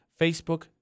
Facebook